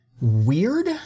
weird